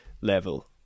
level